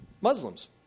Muslims